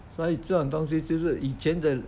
why 这种东西就是以前的